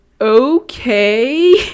okay